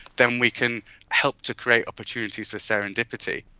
then we can help to create opportunities for serendipity.